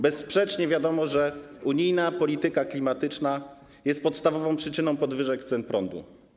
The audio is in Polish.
Bezsprzecznie wiadomo, że unijna polityka klimatyczna jest podstawową przyczyną podwyżek cen prądu.